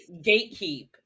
gatekeep